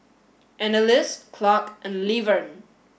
Annalise Clarke and Levern